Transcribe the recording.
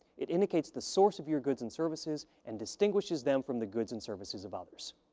it indicates the source of your goods and services and distinguishes them from the goods and services of others.